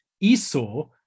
Esau